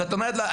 אז את אומרת לו,